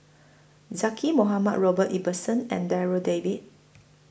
Zaqy Mohamad Robert Ibbetson and Darryl David